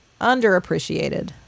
Underappreciated